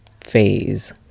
phase